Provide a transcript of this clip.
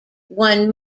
won